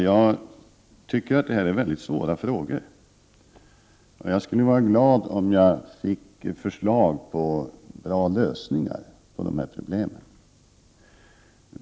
Herr talman! Detta är mycket svåra frågor. Jag skulle vara glad om jag fick förslag till bra lösningar på dessa problem.